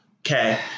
Okay